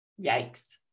Yikes